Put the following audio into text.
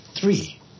three